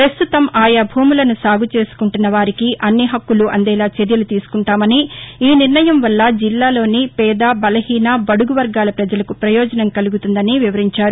ప్రస్తుతం ఆయా భూములను సాగు చేసుకుంటున్న వారికి అన్ని హక్కులు అందేలా చర్యలు తీసుకుంటామని ఈ నిర్ణయం వల్ల జిల్లాలోని పేద బలహీన బడుగు వర్గాల పజలకు ప్రయోజనం కలుగుతుందని వివరించారు